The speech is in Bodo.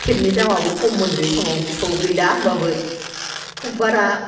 टिकेटनि दामाबो खममोन बे समाव गोसोआव गैला होमब्लाबो खुब बारा